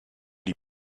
les